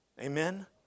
Amen